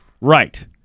Right